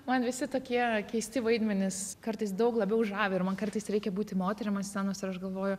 man visi tokie keisti vaidmenys kartais daug labiau žavi ir man kartais reikia būti moterim ant scenos ir aš galvoju